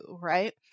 right